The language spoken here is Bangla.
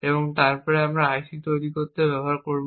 এবং তারপরে আইসি তৈরি করতে ব্যবহৃত হবে